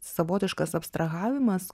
savotiškas abstrahavimas